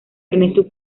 ernesto